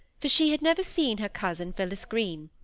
for she had never seen her cousin phillis green,